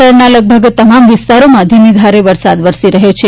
શહેર લગભગ તમામ વિસ્તારોમાં ધીમી ધારે વરસાદ વરસી રહ્યો છે